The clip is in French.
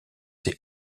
ses